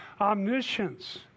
omniscience